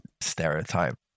stereotype